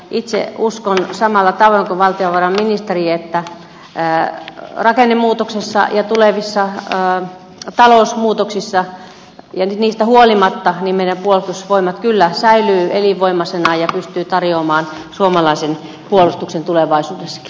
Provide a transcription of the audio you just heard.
itse uskon samalla tavoin kuin valtiovarainministeri että rakennemuutoksessa ja tulevissa talousmuutoksissa ja niistä huolimatta meidän puolustusvoimat kyllä säilyy elinvoimaisena ja pystyy tarjoamaan suomalaisen puolustuksen tulevaisuudessakin